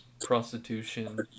prostitution